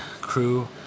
crew